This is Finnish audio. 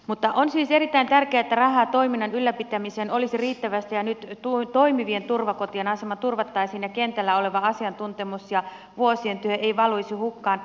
mutta on siis erittäin tärkeää että rahaa toiminnan ylläpitämiseen olisi riittävästi ja nyt toimivien turvakotien asema turvattaisiin ja kentällä oleva asiantuntemus ja vuosien työ ei valuisi hukkaan